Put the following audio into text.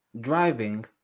driving